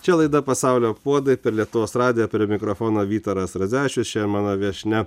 čia laida pasaulio puodai per lietuvos radiją per mikrofoną vytaras radzevičius čia mano viešnia